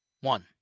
one